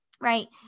Right